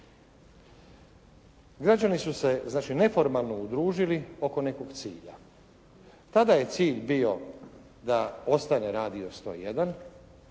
Građani su se znači neformalno udružili oko nekog cilja. Tada je cilj bio da ostane Radio 101